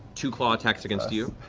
two claw attacks against you.